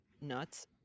nuts